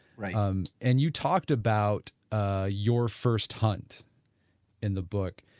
right um and, you talked about ah your first hunt in the book,